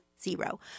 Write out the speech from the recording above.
zero